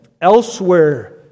Elsewhere